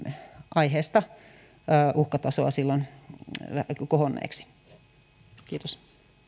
aiheesta uhkatasoa kohonneeksi kiitos